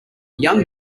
young